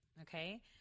Okay